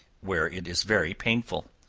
where it is very painful.